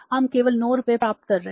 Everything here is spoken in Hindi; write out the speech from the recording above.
हम केवल 9 रुपये प्राप्त कर रहे हैं